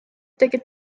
tegid